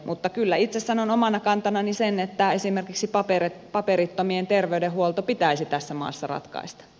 mutta kyllä itse sanon omana kantanani sen että esimerkiksi paperittomien terveydenhuolto pitäisi tässä maassa ratkaista